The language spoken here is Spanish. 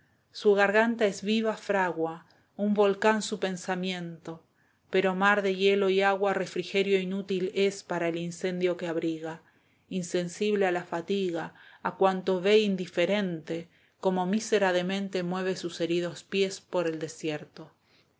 su garganta es viva fragua un volcán su pensamiento pero mar de hielo y agua esteban echeveekía refrigerio inútil es para el incendio que abriga insensible a la fatiga a cuanto ve indiferente como mísera demente mueve sus heridos pies por el desierto